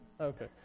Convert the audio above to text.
Okay